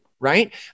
right